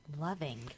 loving